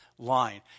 Line